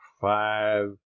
five